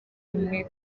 umwe